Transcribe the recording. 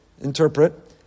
interpret